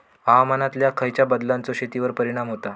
हवामानातल्या खयच्या बदलांचो शेतीवर परिणाम होता?